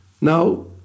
now